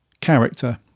character